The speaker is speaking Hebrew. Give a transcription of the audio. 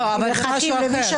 לא, אבל זה משהו אחר.